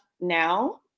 now